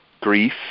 grief